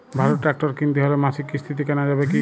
ভালো ট্রাক্টর কিনতে হলে মাসিক কিস্তিতে কেনা যাবে কি?